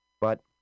But